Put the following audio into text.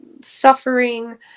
suffering